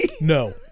No